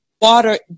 water